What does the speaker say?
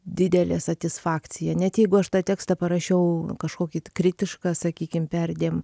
didelė satisfakcija net jeigu aš tą tekstą parašiau kažkokį t kritišką sakykim perdėm